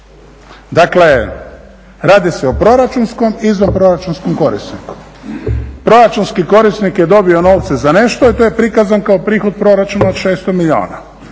Dakle, radi se o proračunskom i izvanproračunskom korisniku. Proračunski korisnik je dobio novce za nešto i to je prikazan kao prihod proračuna od 600 milijuna,